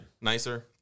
nicer